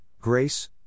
grace